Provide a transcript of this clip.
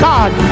God